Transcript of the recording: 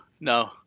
no